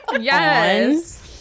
yes